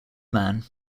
man